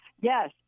Yes